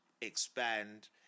expand